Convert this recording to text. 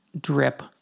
Drip